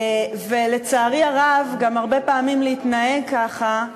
ולצערי הרב, גם הרבה פעמים להתנהג ככה,